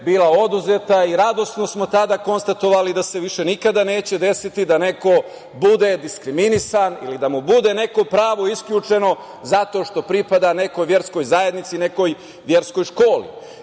bila oduzeta i radosno smo tada konstatovali da se više nikada neće desiti da neko bude diskriminisan i da mu bude neko pravo isključeno zato što pripada nekoj verskoj zajednici, nekoj verskoj školi. Tako